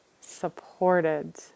supported